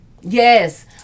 yes